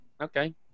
Okay